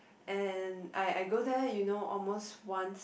and I I go there you know almost once